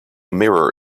mirror